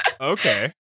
Okay